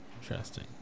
Interesting